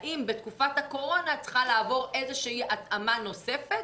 האם בתקופת הקורונה צריכה לעבור איזו התאמה נוספת.